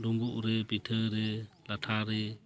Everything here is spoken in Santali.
ᱰᱩᱢᱵᱩᱜ ᱨᱮ ᱯᱤᱴᱷᱟᱹᱨᱮ ᱞᱟᱴᱷᱟ ᱨᱮ